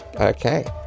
okay